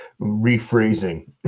rephrasing